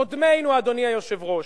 קודמינו, אדוני היושב-ראש,